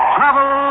Travel